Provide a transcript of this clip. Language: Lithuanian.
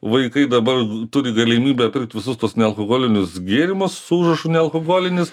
vaikai dabar turi galimybę pirkt visus tuos nealkoholinius gėrimus su užrašu nealkoholinis